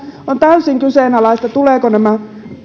on täysin kyseenalaista tulevatko